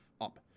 up